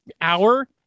hour